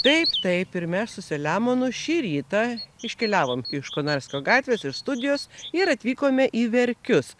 taip taip ir mes su selemonu šį rytą iškeliavom iš konarskio gatvės ir studijos ir atvykome į verkius